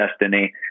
destiny